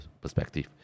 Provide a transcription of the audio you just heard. perspective